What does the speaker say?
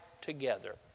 together